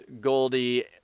Goldie